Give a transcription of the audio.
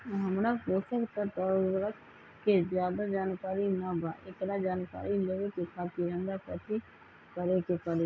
हमरा पोषक तत्व और उर्वरक के ज्यादा जानकारी ना बा एकरा जानकारी लेवे के खातिर हमरा कथी करे के पड़ी?